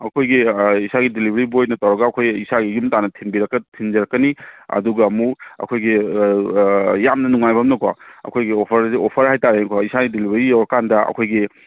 ꯑꯩꯈꯣꯏꯒꯤ ꯏꯁꯥꯒꯤ ꯗꯦꯂꯤꯕꯔꯤ ꯕꯣꯏꯅ ꯇꯧꯔꯒ ꯑꯩꯈꯣꯏ ꯏꯁꯥꯒꯤ ꯌꯨꯝ ꯇꯥꯟꯅ ꯊꯤꯟꯖꯔꯛꯀꯅꯤ ꯑꯗꯨꯒ ꯑꯃꯨꯛ ꯑꯩꯈꯣꯏꯒꯤ ꯌꯥꯝꯅ ꯅꯨꯡꯉꯥꯏꯕ ꯑꯝꯅꯀꯣ ꯑꯩꯈꯣꯏꯒꯤ ꯑꯣꯐꯔꯁꯦ ꯑꯣꯐꯔ ꯍꯥꯏꯇꯥꯔꯦꯀꯣ ꯏꯁꯥꯒꯤ ꯗꯦꯂꯤꯕꯔꯤ ꯌꯧꯔꯀꯥꯟꯗ ꯑꯩꯈꯣꯏꯒꯤ